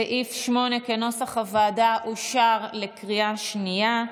סעיף 8, כנוסח הוועדה, אושר בקריאה שנייה.